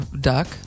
duck